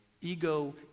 ego